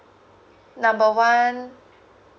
number one